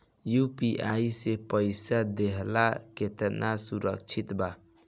UPI से पईसा देहल केतना सुरक्षित बा?